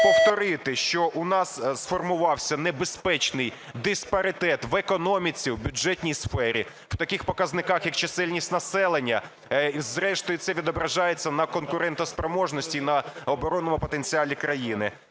повторити, що у нас сформувався небезпечний диспаритет в економіці, в бюджетній сфері по таких показниках, як чисельність населення. І зрештою це відображається на конкурентоспроможності і на оборонному потенціалі країни.